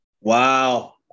Wow